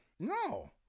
No